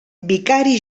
vicari